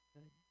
Good